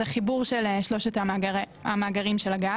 זה חיבור של שלושת מאגרי הגז.